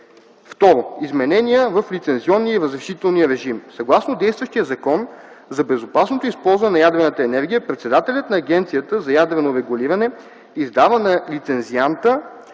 Второ, изменения в лицензионния и разрешителния режим. Съгласно действащия Закон за безопасното използване на ядрената енергия председателят на Агенцията за ядрено регулиране издава на лицензианта